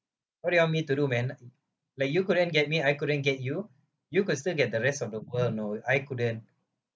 what do you want me to do man like like you couldn't get me I couldn't get you you could still get the rest of the world you know I couldn't